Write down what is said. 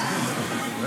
תמשיך.